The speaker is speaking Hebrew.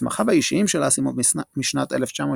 מסמכיו האישיים של אסימוב משנת 1965